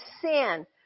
sin